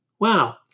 Wow